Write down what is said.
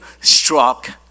struck